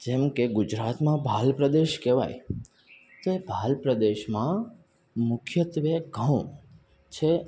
જેમ કે ગુજરાતમાં ભાલપ્રદેશ કહેવાય તો એ ભાલપ્રદેશમાં મુખ્યત્ત્વે ઘઉં છે